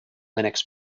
linux